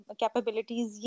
capabilities